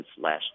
last